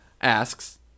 asks